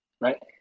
right